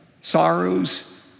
sorrows